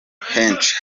henshi